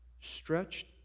stretched